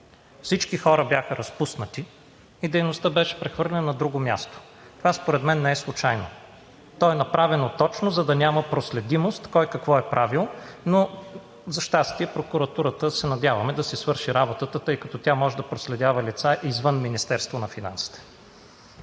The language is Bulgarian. всички хора бяха разпуснати и дейността беше прехвърлена на друго място. Това според мен не е случайно. То е направено точно за да няма проследимост кой какво е правил, но за щастие, прокуратурата се надяваме да си свърши работата, тъй като тя може да проследява лица извън Министерството на финансите.